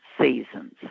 seasons